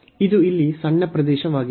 ಇದು ಇಲ್ಲಿ ಸಣ್ಣ ಪ್ರದೇಶವಾಗಿದೆ